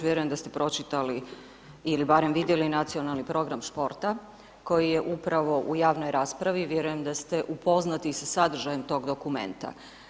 Vjerujem da ste pročitali ili barem vidjeli nacionalni program športa koji je upravo u javnoj raspravi, vjerujem da ste upoznati sa sadržajem tog dokumenta.